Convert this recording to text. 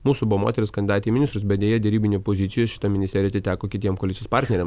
mūsų buvo moteris kandidatė į ministrus bet deja derybinėj pozicijoj šita ministerija atiteko kitiem koalicijos partneriam